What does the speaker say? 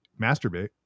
Masturbate